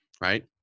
right